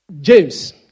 james